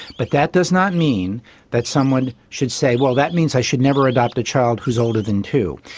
but that does not mean that someone should say, well, that means i should never adopt a child who is older than two.